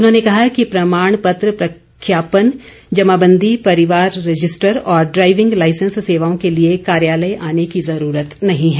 उन्होंने कहा कि प्रमाण पत्र प्रख्यापन जमाबंदी परिवार रजिस्टर और ड्राईविंग लाइसेंस सेवाओं के लिए कार्यालय आने की ज़रूरत नहीं है